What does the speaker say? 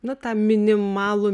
na tą minimalų